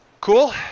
Cool